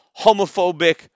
homophobic